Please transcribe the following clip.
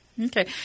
Okay